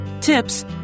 tips